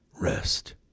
rest